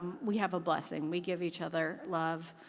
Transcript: we have a blessing. we give each other love,